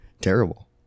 terrible